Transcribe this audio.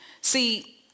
See